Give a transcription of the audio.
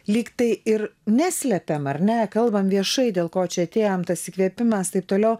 lyg tai ir neslepiam ar ne kalbam viešai dėl ko čia atėjom tas įkvėpimas taip toliau